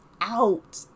out